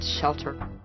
shelter